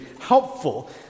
helpful